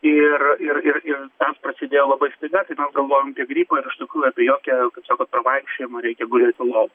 ir ir ir ir tas prasidėjo labai staiga tai mes galvojam apie gripą ir iš tikrųjų apie jokią kaip sakot pravaikščiojimą reikia gulėti lovoj